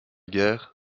guerre